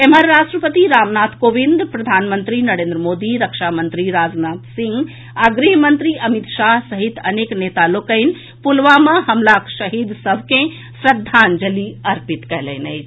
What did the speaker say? एम्हर राष्ट्रपति रामनाथ कोविंद प्रधानमंत्री नरेन्द्र मोदी रक्षा मंत्री राजनाथ सिंह आ गृह मंत्री अमित शाह सहित अनेक नेता लोकनि पुलवामा हमलाक शहीद सभ के श्रद्धांजलि अर्पित कयलनि अछि